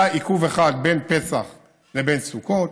היה עיכוב אחד בין פסח לבין סוכות.